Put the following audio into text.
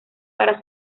para